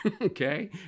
Okay